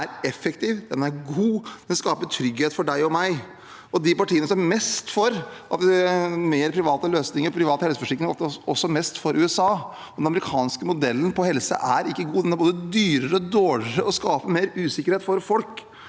er effektiv, den er god, og den skaper trygghet for deg og meg. De partiene som er mest for mer private løsninger og private helseforsikringer, er også mest for USA, men den amerikanske modellen på helse er ikke god. Den er både dyrere, dårligere og skaper mer usikkerhet for folk.